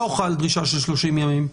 לא חלה דרישה של 30 ימים.